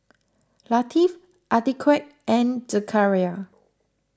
Latif Atiqah and Zakaria